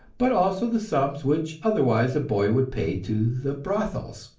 but also the sums which otherwise the boy would pay to the brothels.